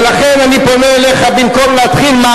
ולכן אני פונה אליך, במקום להתחיל מה